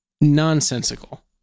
nonsensical